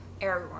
Aragorn